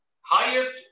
highest